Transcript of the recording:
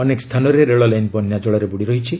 ଅନେକ ସ୍ଥାନରେ ରେଳଲାଇନ୍ ବନ୍ୟା କଳରେ ବୁଡ଼ି ରହିଛି